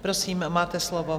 Prosím, máte slovo.